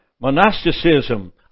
monasticism